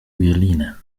violine